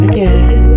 Again